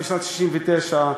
בשנת 1969,